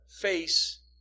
face